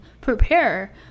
prepare